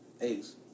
eggs